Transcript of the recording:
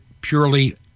purely